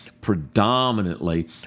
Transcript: predominantly